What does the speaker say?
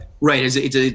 Right